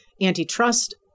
antitrust